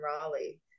Raleigh